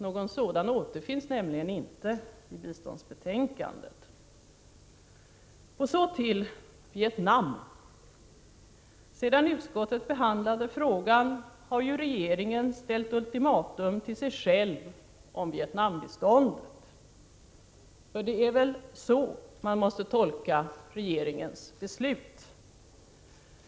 Någon sådan återfinns nämligen inte i biståndsbetänkandet. Så till frågan om Vietnam. Sedan utskottet behandlade frågan har ju regeringen ställt ultimatum till sig själv om Vietnambiståndet. För det är väl så man måste tolka regeringens beslut.